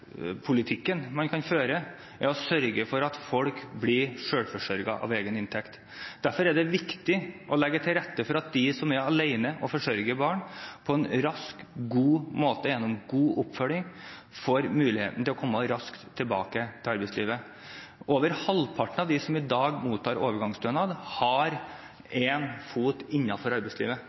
viktig å legge til rette for at de som er alene og forsørger barn, på en rask, god måte og gjennom god oppfølging får muligheten til å komme tilbake til arbeidslivet. Over halvparten av dem som i dag mottar overgangsstønad, har en fot innenfor arbeidslivet.